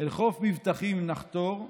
אל חוף מבטחים נחתור,